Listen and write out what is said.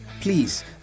please